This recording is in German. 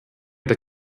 der